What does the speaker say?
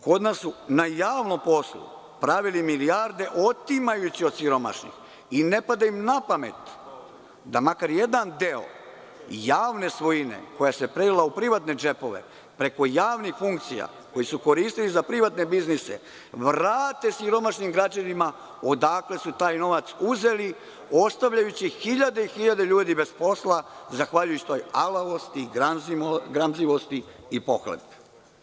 Kod nas su na javnom poslu pravili milijarde otimajući od siromašnih i ne pada im na pamet da makar jedan deo javne svojine koja se prelila u privatne džepove preko javnih funkcija, koje su koristili za privatne biznise, vrate siromašnim građanima odakle su taj novac uzeli, ostavljajući hiljade i hiljade ljudi bez posla zahvaljujući alavosti, gramzivosti i pohlepi.